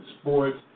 Sports